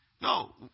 No